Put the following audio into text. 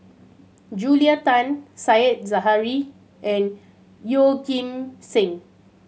Julia Tan Said Zahari and Yeoh Ghim Seng